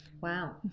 Wow